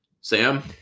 Sam